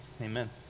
amen